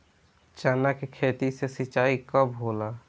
चना के खेत मे सिंचाई कब होला?